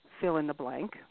fill-in-the-blank